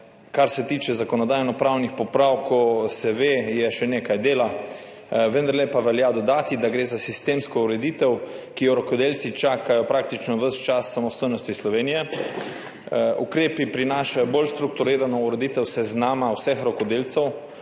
Kar se tiče zakonodajnopravnih popravkov, se ve, da je še nekaj dela, vendarle pa velja dodati, da gre za sistemsko ureditev, ki jo rokodelci čakajo praktično ves čas samostojnosti Slovenije. Ukrepi prinašajo bolj strukturirano ureditev seznama vseh rokodelcev,